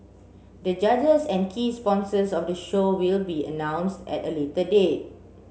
the judges and key sponsors of the show will be announced at a later date